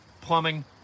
plumbing